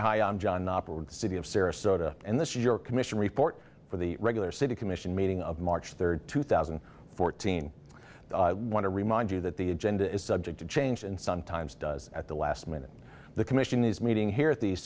hi i'm john city of sarasota and this your commission report for the regular city commission meeting of march third two thousand and fourteen i want to remind you that the agenda is subject to change and sometimes does at the last minute the commission is meeting here